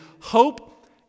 hope